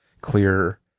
clear